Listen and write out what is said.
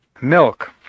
milk